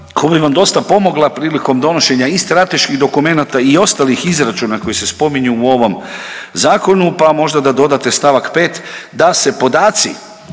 koja bi vam dosta pomogla prilikom donošenja i strateških dokumenata i ostalih izračuna koji se spominju u ovom Zakonu pa možda da dodate st. 5 da se podaci